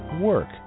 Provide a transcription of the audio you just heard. Work